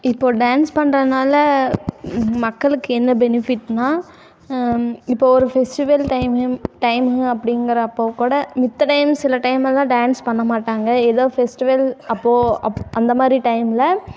இப்போது டான்ஸ் பண்ணுறனால மக்களுக்கு என்ன பெனிஃபிட்னால் இப்போ ஒரு ஃபெஸ்டிவல் டைம்லேயும் டைம் அப்படிங்கிறப்போ கூட மத்த டைம்ஸ் சில டைம் எல்லாம் டான்ஸ் பண்ண மாட்டாங்க ஏதோ ஃபெஸ்டிவல் அப்போது அப் அந்த மாதிரி டைமில்